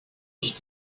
ich